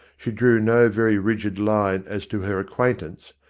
she drew no very rigid line as to her acquaintance,